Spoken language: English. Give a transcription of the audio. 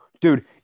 dude